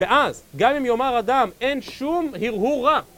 ואז, גם אם יאמר אדם אין שום הרהור רע